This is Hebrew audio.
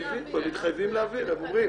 הם מתחייבים להעביר, הם אומרים.